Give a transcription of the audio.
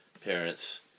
parents